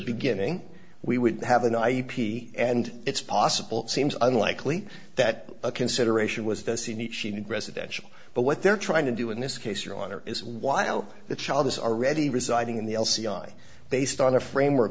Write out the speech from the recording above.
beginning we would have an ip and it's possible seems unlikely that a consideration was does he need she need residential but what they're trying to do in this case your honor is while the child is already residing in the l c i based on a frame